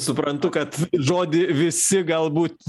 suprantu kad žodį visi galbūt